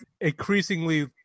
increasingly